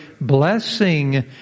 blessing